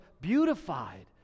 beautified